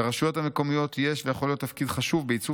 לרשויות המקומיות יש ויכול להיות תפקיד חשוב בעיצוב